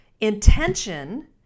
intention